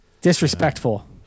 disrespectful